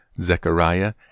Zechariah